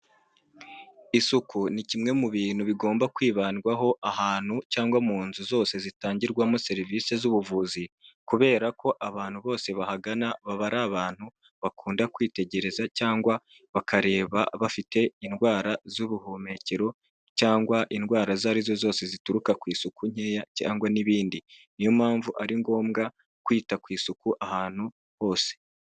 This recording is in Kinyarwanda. Isuku ni kimwe mu bintu bigomba kwibandwaho ahantu cyangwa mu nzu zose zitangirwamo serivisi z'ubuvuzi kubera ko abantu bose bahagana baba ari abantu bakunda, kwitegereza cyangwa bakareba bafite indwara z'ubuhumekero, cyangwa indwara izo arizo zose zituruka ku isuku nkeya cyangwa n'ibindi niyo mpamvu ari ngombwa kwita ku isuku ahantu hose.